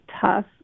tough